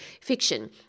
fiction